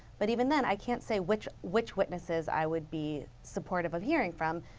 but even then i cannot say which which witnesses i would be supportive of hearing from.